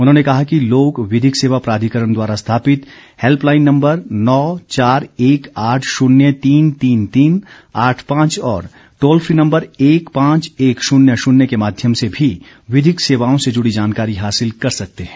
उन्होंने कहा कि लोग विधिक सेवा प्राधिकरण द्वारा स्थापित हैल्पलाइन नम्बर नौ चार एक आठ शून्य तीन तीन तीन आठ पांच और टोल फ्री नम्बर एक पांच एक शून्य शून्य के माध्यम से भी विधिक सेवाओं से जुड़ी जानकारी हासिल कर सकते हैं